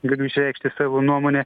galiu išreikšti savo nuomonę